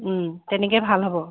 তেনেকৈ ভাল হ'ব